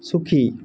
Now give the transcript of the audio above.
সুখী